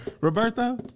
Roberto